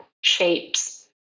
shapes